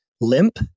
limp